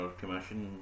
commission